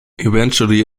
eventually